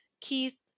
Keith